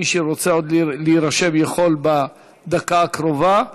ומי שרוצה יכול להירשם בדקה הקרובה.